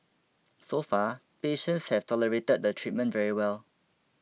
so far patients have tolerated the treatment very well